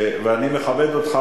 ואני מכבד אותך,